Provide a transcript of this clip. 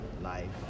life